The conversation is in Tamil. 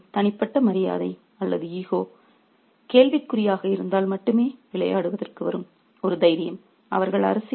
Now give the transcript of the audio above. இது அவர்களின் தனிப்பட்ட மரியாதை அல்லது ஈகோ கேள்விக்குறியாக இருந்தால் மட்டுமே விளையாடுவதற்கு வரும் ஒரு தைரியம்